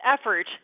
effort